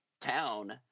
town